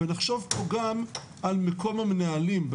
ונחשוב פה גם על מקום המנהלים,